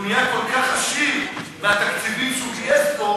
כי הוא נהיה כל כך עשיר מהתקציבים שהוא גייס פה.